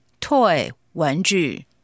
Toy,玩具